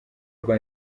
rwa